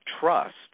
trust